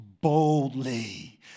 boldly